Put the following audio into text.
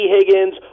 Higgins